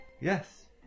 yes